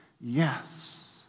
yes